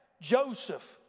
Joseph